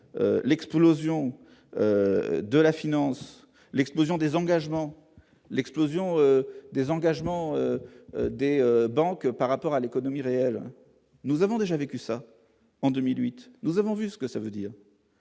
l'explosion de la finance, l'explosion des engagements, l'explosion des engagements des banques par rapport à l'économie réelle, nous avons déjà vécu ça en 2008, nous avons vu ce que ça veut dire.